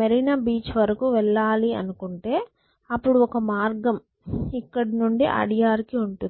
Marina beach వరకు వెళ్ళాలి అనుకుంటే అప్పుడు ఒక మార్గం ఇక్కడి నుండి అడియార్ కి ఉంటుంది